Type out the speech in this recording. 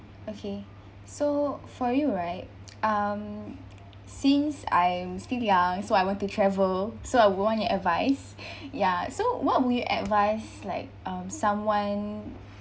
okay so for you right um since I am still young so I want to travel so I would want your advice ya so what would you advise like um someone